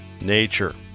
nature